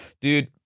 Dude